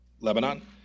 Lebanon